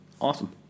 Awesome